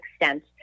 extent